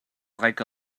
like